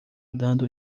dando